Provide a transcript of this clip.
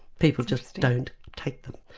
people just don't take them.